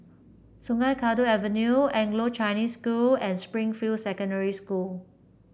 Sungei Kadut Avenue Anglo Chinese School and Springfield Secondary School